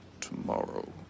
tomorrow